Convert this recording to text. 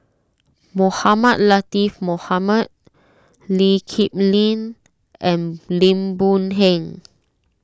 Mohamed Latiff Mohamed Lee Kip Lin and Lim Boon Heng